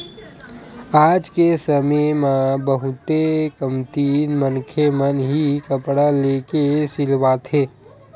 आज के समे म बहुते कमती मनखे मन ही कपड़ा लेके सिलवाथे